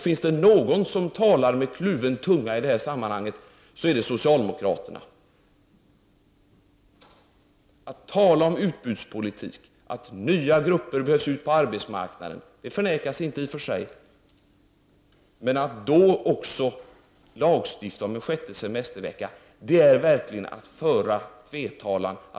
Finns det någon som talar med kluven tunga i detta sammanhang, är det socialdemokraterna. Att tala om utbudspolitik, att nya grupper behövs på arbetsmarknaden — vilket i och för sig inte förnekas — samtidigt som man vill lagstifta om en sjätte semestervecka är verkligen att tala med kluven tunga.